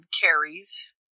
carries